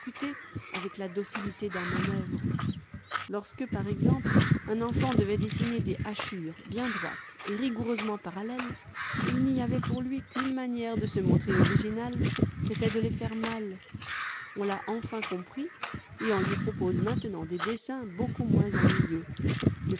avec la docilité d'un manœuvre lorsque par exemple un enfant devait dessiner des hachures bien droites et rigoureusement parallèles il n'y avait pour lui qu'une manière de se montrer original c'était de les faire mal on l'a enfin compris et on lui propose maintenant des dessins beaucoup moins ennuyeux